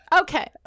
Okay